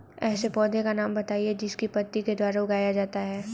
ऐसे पौधे का नाम बताइए जिसको पत्ती के द्वारा उगाया जाता है